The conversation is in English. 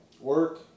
Work